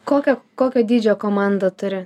kokio kokio dydžio komandą turi